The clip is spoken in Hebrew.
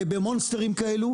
במונסטרים כאלה,